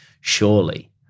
surely